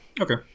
Okay